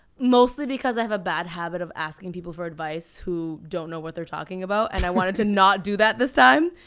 mostly because i have a bad habit of asking people for advice who don't know what they're talking about. and i wanted to not do that at this time.